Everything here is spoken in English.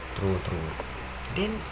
true true I think